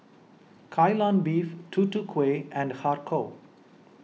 Kai Lan Beef Tutu Kueh and Har Kow